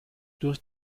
durch